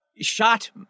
shot